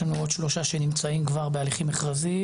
יש לנו עוד 3 שנמצאים כבר בהליכים מכרזיים,